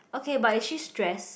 okay but is she stress